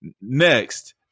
Next